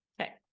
Okay